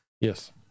Yes